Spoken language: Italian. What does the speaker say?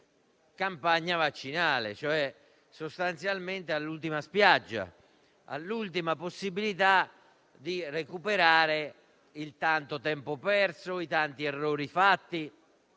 campagna vaccinale e cioè, sostanzialmente, "all'ultima spiaggia", ovvero all'ultima possibilità di recuperare il tanto tempo perso e i tanti errori fatti.